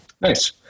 Nice